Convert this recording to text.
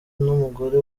n’umugore